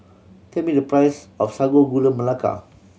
tell me the price of Sago Gula Melaka